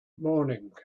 morning